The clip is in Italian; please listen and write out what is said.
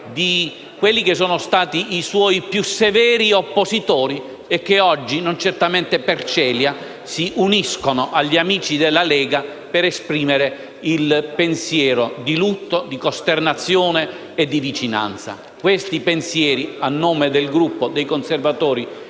di quelli che sono stati i suoi più severi oppositori e che oggi, non certamente per celia, si uniscono agli amici della Lega per esprimere il pensiero di lutto, di costernazione e di vicinanza. Questi pensieri, a nome del Gruppo dei Conservatori